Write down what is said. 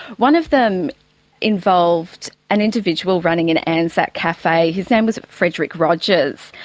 one of them involved an individual running an an anzac cafe, his name was frederick rogers,